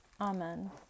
Amen